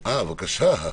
בבקשה.